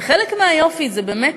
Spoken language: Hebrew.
וחלק מהיופי זה באמת